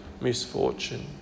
misfortune